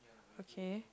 okay